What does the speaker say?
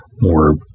more